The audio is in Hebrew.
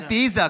נתי איזק,